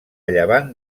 llevant